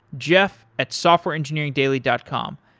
jeff at softwareengineeringdaily dot com.